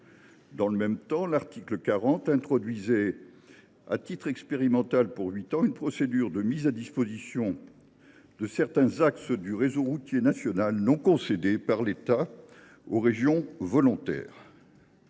Dans le même temps, l’article 40 introduisait, à titre expérimental pour huit ans, une procédure de mise à disposition de certains axes du réseau routier national non concédé par l’État aux régions volontaires.